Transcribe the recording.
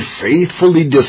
faithfully